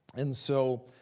and so,